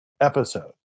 episode